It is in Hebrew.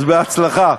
אז בהצלחה.